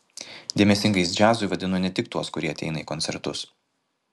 dėmesingais džiazui vadinu ne tik tuos kurie ateina į koncertus